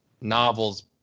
novels